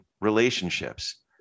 relationships